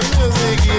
music